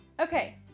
Okay